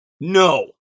No